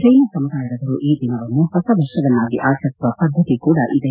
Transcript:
ಜೈನ ಸಮುದಾಯದವರು ಈ ದಿನವನ್ನು ಹೊಸ ವರ್ಷವನ್ನಾಗಿ ಆಚರಿಸುವ ಪದ್ದತಿ ಕೂಡ ಇದೆ